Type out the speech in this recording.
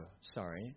sorry